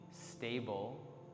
stable